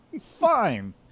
Fine